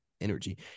energy